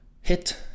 hit